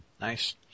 Nice